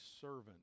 servant